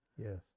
Yes